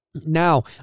Now